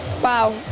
Wow